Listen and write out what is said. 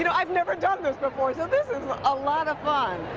you know i've never done this before so this is a lot of fun.